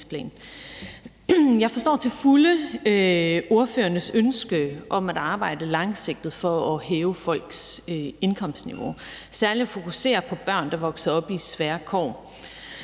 Jeg forstår til fulde ordførernes ønske om at arbejde langsigtet for at hæve folks indkomstniveau og særlig at fokusere på børn, der vokser op under svære kår.